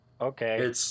Okay